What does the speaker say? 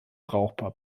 brauchbar